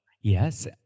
yes